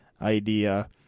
idea